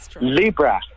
Libra